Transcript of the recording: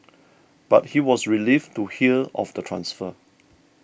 but he was relieved to hear of the transfer